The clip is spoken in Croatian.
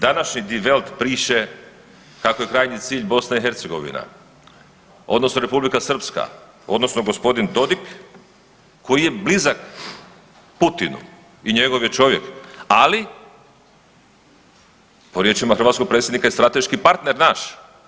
Današnji Die Welt piše kako je krajnji cilj BiH odnosno Republika Srpska odnosno gospodin Dodik koji je blizak Putinu i njegov je čovjek, ali po riječima hrvatskog predsjednika i strateški partner naš.